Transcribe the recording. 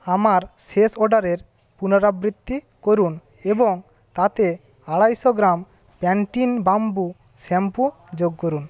আমার শেষ অর্ডারের পুনরাবৃত্তি করুন এবং তাতে আড়াইশো গ্রাম প্যান্টিন ব্যাম্বু শ্যাম্পু যোগ করুন